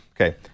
Okay